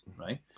right